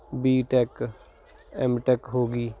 B tech M tech ਹੋਗੀ